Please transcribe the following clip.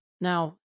Now